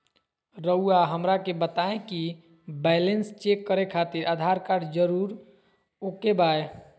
रउआ हमरा के बताए कि बैलेंस चेक खातिर आधार कार्ड जरूर ओके बाय?